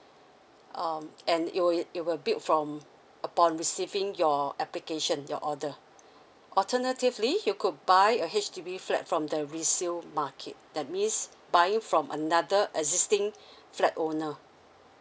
um and it will it will build from upon receiving your application your order alternatively you could buy a H_D_B flat from the resale market that means buying from another existing flat owner